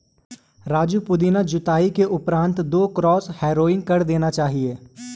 राजू पुदीना जुताई के उपरांत दो क्रॉस हैरोइंग कर देना चाहिए